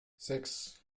sechs